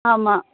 ஆமாம்